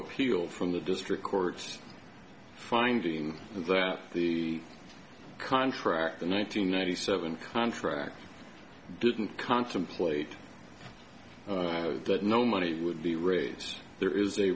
appeal from the district court finding that the contract the nine hundred ninety seven contract didn't contemplate that no money would be raised there is a